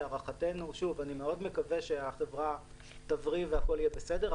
ואני מאוד מקווה שהחברה תבריא והכול יהיה בסדר,